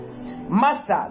Master